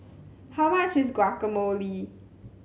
how much is Guacamole